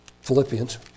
Philippians